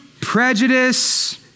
prejudice